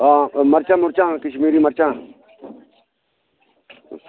ओह् मरचां कश्मीरी मरचां